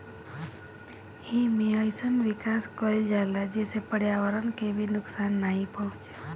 एमे अइसन विकास कईल जाला जेसे पर्यावरण के भी नुकसान नाइ पहुंचे